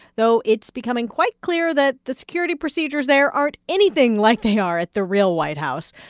though it's becoming quite clear that the security procedures there aren't anything like they are at the real white house.